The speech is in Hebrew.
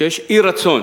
שיש אי-רצון